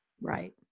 Right